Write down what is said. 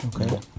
Okay